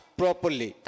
properly